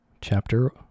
Chapter